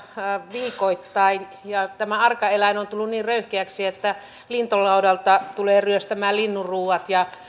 viikoittain ja tämä arka eläin on tullut niin röyhkeäksi että lintulaudalta tulee ryöstämään linnunruuat ja